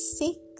six